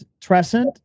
Trescent